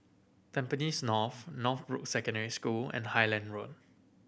Tampines North Northbrooks Secondary School and Highland Road